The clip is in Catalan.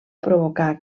provocà